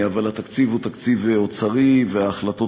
אבל התקציב הוא תקציב אוצרי וההחלטות